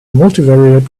multivariate